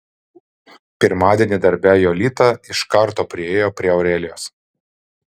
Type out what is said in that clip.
pirmadienį darbe jolita iš karto priėjo prie aurelijos